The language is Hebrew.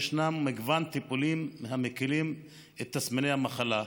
יש מגוון טיפולים המקילים את תסמיני המחלה.